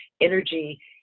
energy